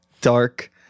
dark